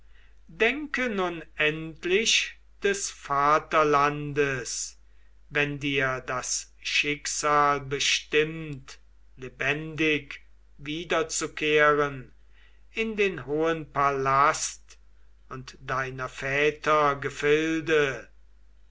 denke nun endlich des vaterlandes wenn dir das schicksal bestimmt lebendig wiederzukehren in den hohen palast und deiner väter gefilde